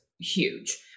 huge